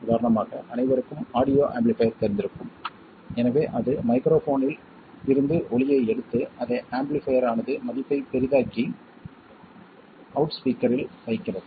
உதாரணமாக அனைவருக்கும் audio amplifier தெரிந்திருக்கும் எனவே அது மைக்ரோஃபோனில் இருந்து ஒலியை எடுத்து அதை ஆம்பிளிஃபைர் ஆனது மதிப்பை பெரிதாக்கி அவுட் ஸ்பீக்கரில் வைக்கிறது